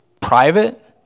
private